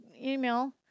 email